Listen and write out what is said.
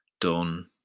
done